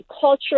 culture